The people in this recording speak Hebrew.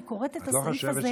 אני קוראת את הסעיף הזה,